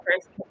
first